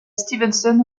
stevenson